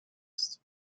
ist